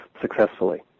successfully